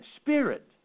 spirit